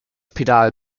pedal